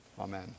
amen